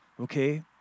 okay